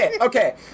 Okay